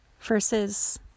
versus